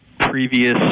previous